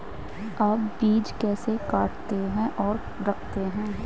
आप बीज कैसे काटते और रखते हैं?